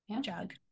Jug